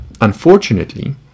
Unfortunately